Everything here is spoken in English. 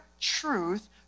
truth